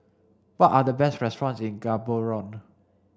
what are the best restaurants in Gaborone